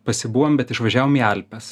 pasibuvom bet išvažiavom į alpes